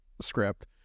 script